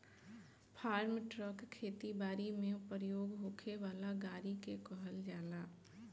form truck खेती बारी में प्रयोग होखे वाला गाड़ी के कहल जाला